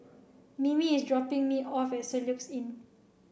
Mimi is dropping me off at Soluxe Inn